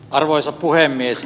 arvoisa puhemies